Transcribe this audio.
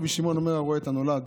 רבי שמעון אומר, הרואה את הנולד.